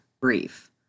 brief